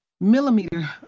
millimeter